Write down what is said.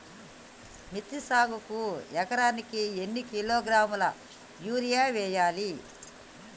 మిర్చి సాగుకు ఎకరానికి ఎన్ని కిలోగ్రాముల యూరియా వేయాలి?